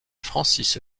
francis